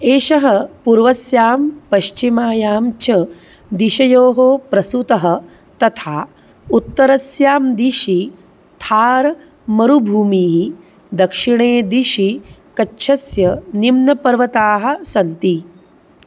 एषः पूर्वस्यां पश्चिमायां च दिशयोः प्रसूतः तथा उत्तरस्यां दिशि थार् मरुभूमीः दक्षिणे दिशि कच्छस्य निम्नपर्वताः सन्ति